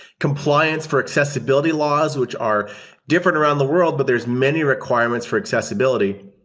compliance for accessibility laws, which are different around the world, but there's many requirements for accessibility.